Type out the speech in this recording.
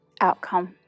outcome